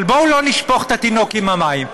אבל בואו לא נשפוך את התינוק עם המים.